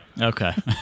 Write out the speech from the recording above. Okay